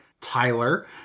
Tyler